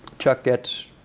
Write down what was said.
chuck gets